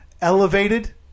elevated